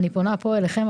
ואני פונה פה אליכם,